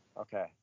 okay